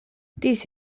dies